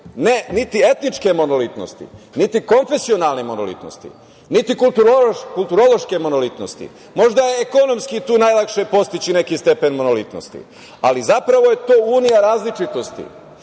niti etničke monolitnosti, niti konfesionalne monolitnosti, niti kulturološke monolitnosti. Možda je ekonomski tu najlakše postići neki stepen monolitnosti, ali zapravo je to unija različitosti.